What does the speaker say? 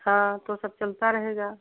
हाँ तो सब चलता रहेगा हाँ